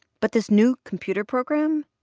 but this new computer program,